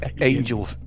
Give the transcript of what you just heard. Angel